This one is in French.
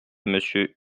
monsieur